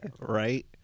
right